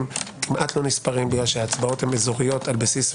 כמעט לא נספרים כי ההצבעות אזוריות על בסיס,